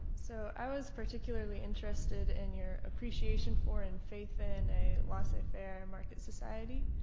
so i was particularly interested in your appreciation for and faith in a laissez-faire market society.